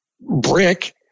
brick